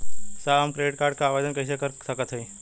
साहब हम credit card क आवेदन कइसे कर सकत हई?